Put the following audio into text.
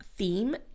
theme